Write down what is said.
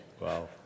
Wow